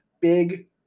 big